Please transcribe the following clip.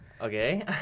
Okay